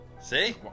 See